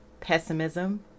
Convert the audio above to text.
pessimism